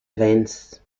events